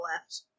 left